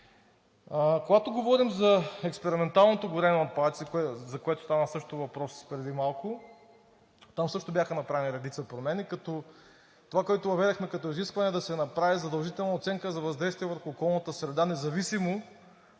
Когато говорим за експерименталното горене на отпадъци, за което стана също въпрос преди малко, там също бяха направени редица промени, като това, което въведохме като изискване, е да се направи задължително оценка за въздействие върху околната среда, независимо